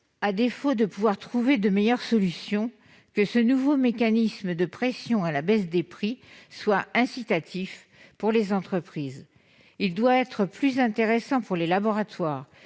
À défaut de trouver de meilleures solutions, il convient que ce nouveau mécanisme de pression à la baisse des prix soit incitatif pour les entreprises. Il doit être plus intéressant pour les laboratoires